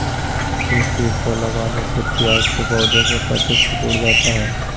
किस किट के लगने से प्याज के पौधे के पत्ते सिकुड़ जाता है?